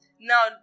Now